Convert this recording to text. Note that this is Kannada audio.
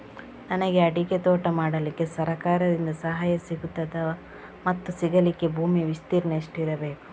ನನಗೆ ಅಡಿಕೆ ತೋಟ ಮಾಡಲಿಕ್ಕೆ ಸರಕಾರದಿಂದ ಸಹಾಯ ಸಿಗುತ್ತದಾ ಮತ್ತು ಸಿಗಲಿಕ್ಕೆ ಭೂಮಿಯ ವಿಸ್ತೀರ್ಣ ಎಷ್ಟು ಇರಬೇಕು?